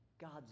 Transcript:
God's